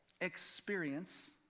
experience